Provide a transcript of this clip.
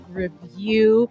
review